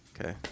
Okay